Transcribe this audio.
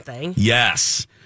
yes